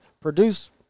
produce